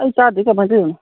ꯑꯩ ꯇꯥꯗꯦ ꯀꯃꯥꯏꯅ ꯇꯧꯔꯤꯅꯣ